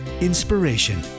Inspiration